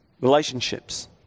relationships